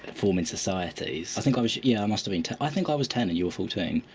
forming societies. i think i was yeah, yeah i must've been te i think i was ten and you were fourteen.